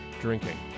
drinking